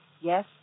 Yes